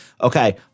Okay